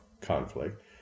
conflict